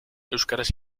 euskaraz